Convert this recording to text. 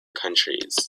countries